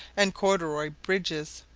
and corduroy bridges,